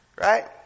right